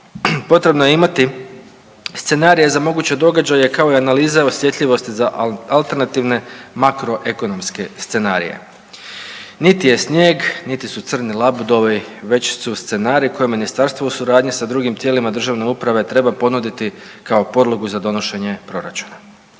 potrebno je imati scenarije za moguće događaje kao i analize o osjetljivosti za alternativne makroekonomske scenarije. Niti je snijeg, niti su crni labudovi, već su scenariji koje Ministarstvo u suradnji sa drugim tijelima državne uprave treba ponuditi kao podlogu za donošenje proračuna.